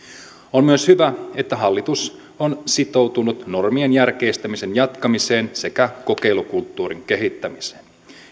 on myös hyvä että hallitus on sitoutunut normien järkeistämisen jatkamiseen sekä kokeilukulttuurin kehittämiseen